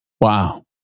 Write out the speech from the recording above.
Wow